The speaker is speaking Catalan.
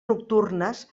nocturnes